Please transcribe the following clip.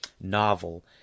novel